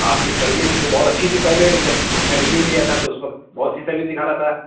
آپ کی سروس تو بہت اچھی تھی پہلے جب ہم نے ریویو لیا تھا تو اس وقت بہت سی سروس دکھا رہا تھا